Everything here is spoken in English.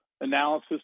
analysis